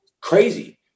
Crazy